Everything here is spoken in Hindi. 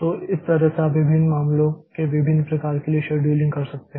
तो इस तरह से आप विभिन्न मामलों के विभिन्न प्रकार के लिए शेड्यूलिंग कर सकते हैं